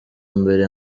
mbere